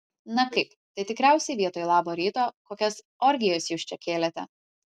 na kaip tai tikriausiai vietoj labo ryto kokias orgijas jūs čia kėlėte